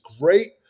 great